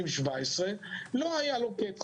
2017 והפעילות שלו לא הייתה מלאה ב-2018.